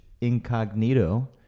Incognito